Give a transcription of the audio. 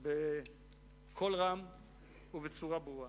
בקול רם ובצורה ברורה.